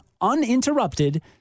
uninterrupted